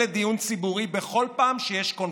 לדיון ציבורי בכל פעם שיש קונפליקט: